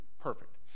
perfect